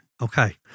Okay